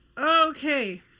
Okay